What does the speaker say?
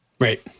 right